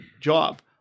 job